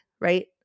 right